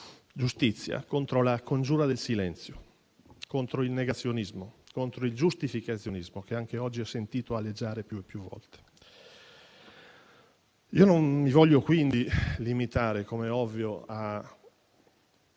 giustizia contro la congiura del silenzio, contro il negazionismo, contro il giustificazionismo, che anche oggi ho sentito aleggiare più e più volte. Non mi voglio quindi limitare - come è ovvio -